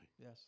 Yes